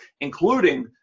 including